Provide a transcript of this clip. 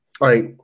right